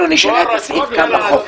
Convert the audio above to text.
אנחנו נשנה את הסעיף כאן בחוק.